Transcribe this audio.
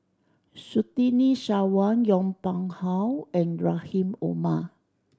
Surtini Sarwan Yong Pung How and Rahim Omar